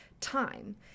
time